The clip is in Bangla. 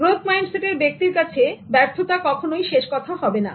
গ্রোথ মাইন্ডসেটের ব্যক্তির কাছে ব্যর্থতা কখনই শেষ কথা হবে না